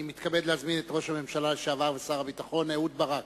אני מתכבד להזמין את ראש הממשלה לשעבר ושר הביטחון אהוד ברק.